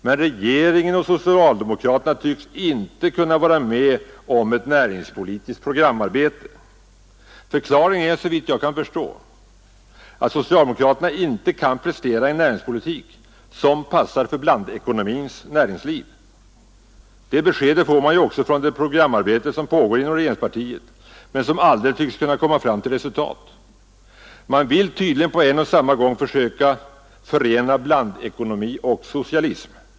Men regeringen och socialdemokraterna tycks inte kunna vara med om ett näringspolitiskt programarbete. Förklaringen är såvitt jag förstår att socialdemokraterna inte kan prestera en näringspolitik som passar för blandekonomins näringsliv. Det beskedet får man också från det programarbete som pågår inom regeringspartiet men som aldrig tycks komma fram till resultat. Man vill tydligen på en och samma gång försöka förena blandekonomi och socialism.